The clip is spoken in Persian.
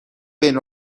بین